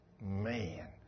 man